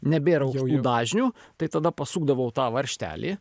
nebėr jau aukštų dažnių tai tada pasukdavau tą varžtelį